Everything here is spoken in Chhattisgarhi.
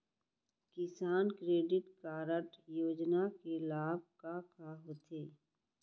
किसान क्रेडिट कारड योजना के लाभ का का होथे?